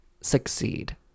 succeed